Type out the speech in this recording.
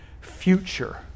future